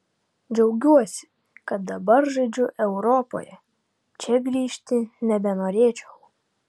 džiaugiuosi kad dabar žaidžiu europoje čia grįžti nebenorėčiau